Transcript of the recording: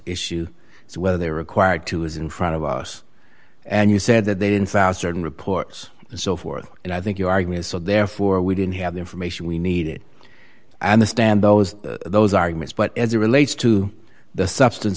issue is whether they are required to is in front of us and you said that they didn't one thousand reports and so forth and i think you are going to so therefore we didn't have the information we needed i understand those those arguments but as it relates to the substance